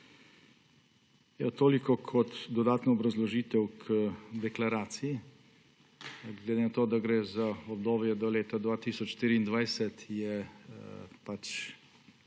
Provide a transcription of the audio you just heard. Toliko kot dodatna obrazložitev k deklaraciji. Glede na to, da gre za obdobje do leta 2024, je